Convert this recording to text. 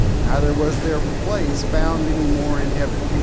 neither was their place found anymore in heaven,